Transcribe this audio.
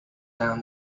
down